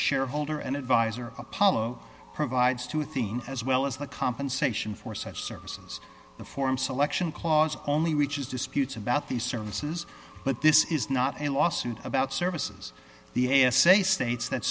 shareholder and advisor apollo provides to athene as well as the compensation for such services the form selection clause only reaches disputes about these services but this is not a lawsuit about services the essay states that